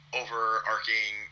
overarching